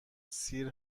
سیر